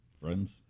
Friends